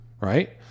right